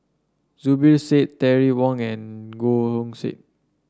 Zubir Said Terry Wong and Goh Hood Said